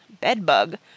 Bedbug